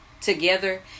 together